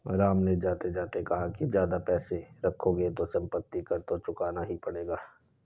राम ने जाते जाते कहा कि ज्यादा पैसे रखोगे तो सम्पत्ति कर तो चुकाना ही पड़ेगा